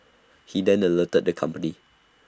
he then alerted the company